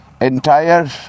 entire